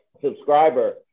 subscriber